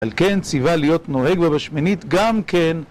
על כן ציווה להיות נוהג בה בשמינית, גם כן.